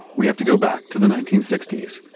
we have to go back to the nineteen sixty s.